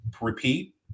repeat